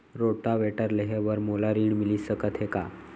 Rotavator लेहे बर मोला ऋण मिलिस सकत हे का?